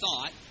thought